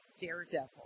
Daredevil